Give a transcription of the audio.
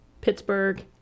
Pittsburgh